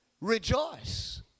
rejoice